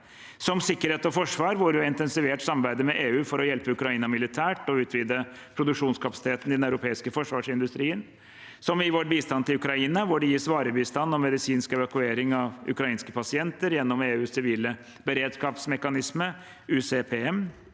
som sikkerhet og forsvar, hvor vi har intensivert samarbeidet med EU for å hjelpe Ukraina militært og utvide produksjonskapasiteten i den europeiske forsvarsindustrien – som i vår bistand til Ukraina, hvor det gis varebistand og medisinsk evakuering av ukrainske pasienter gjennom EUs sivile beredskapsmekanisme, UCPM